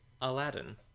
Aladdin